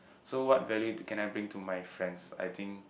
so what value to can I bring to my friends I think